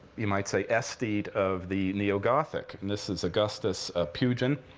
you might say, aesthete of the neo-gothic. and this is augustus ah pugin,